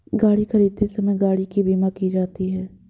गाड़ी खरीदते समय गाड़ी की बीमा की जाती है